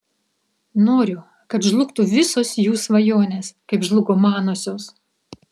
noriu kad žlugtų visos jų svajonės kaip žlugo manosios